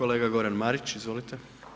Kolega Goran Marić, izvolite.